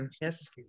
yes